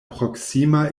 proksima